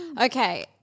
Okay